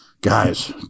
guys